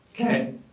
Okay